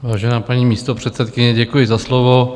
Vážená paní místopředsedkyně, děkuji za slovo.